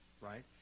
right